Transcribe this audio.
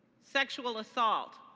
sexual assault,